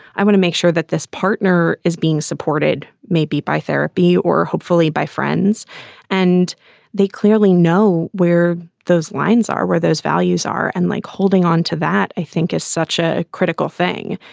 i want to make sure that this partner is being supported maybe by therapy or hopefully by friends and they clearly know where those lines are, where those values are. and like holding on to that, i think is such a critical thing.